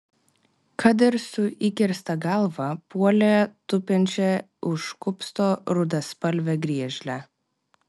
kad ir su įkirsta galva puolė tupinčią už kupsto rudaspalvę griežlę